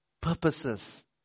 purposes